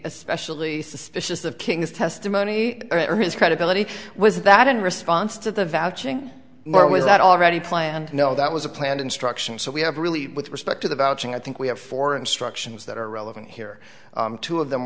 especially suspicious of king's testimony or his credibility was that in response to the vouching knowing that already planned no that was a planned instruction so we have really with respect to the vouching i think we have four instructions that are relevant here two of them